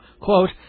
quote